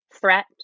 threat